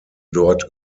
dort